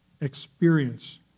experience